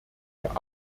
der